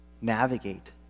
navigate